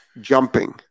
jumping